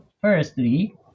Firstly